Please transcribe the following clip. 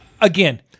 again